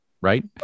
right